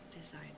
design